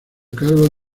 cargo